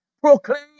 Proclaim